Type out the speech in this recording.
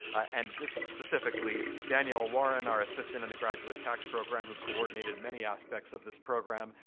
and just specifically, daniel warren, our assistant in the graduate tax program who coordinated many aspects of this program,